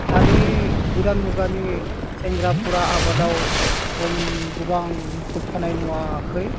दानि गोदान मुगानि सेंग्राफोरा आबादाव जों गोबां मुखुब थानाय नुवाखै